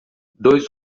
dois